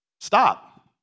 Stop